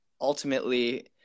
ultimately